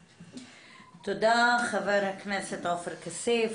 תודה, חבר הכנסת עופר כסיף.